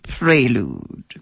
prelude